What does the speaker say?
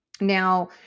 now